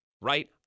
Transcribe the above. Right